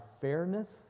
fairness